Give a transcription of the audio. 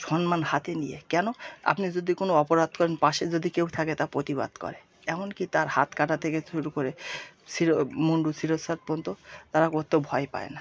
সন্মান হাতে নিয়ে কেন আপনি যদি কোনো অপরাধ করেন পাশে যদি কেউ থাকে তা প্রতিবাদ করে এমন কি তার হাত কাটা থেকে শুরু করে শির মুন্ডু শিরশ্ছেদ পর্যন্ত তারা করতে ভয় পায় না